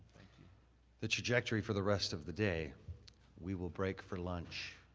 the trajectory for the rest of the day we will break for lunch.